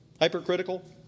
hypercritical